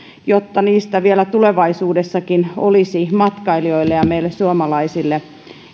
jotta niistä vielä tulevaisuudessakin olisi matkailijoille ja meille suomalaisille